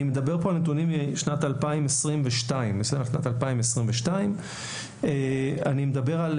אני מדבר כאן על נתונים משנת 2022. אני מדבר על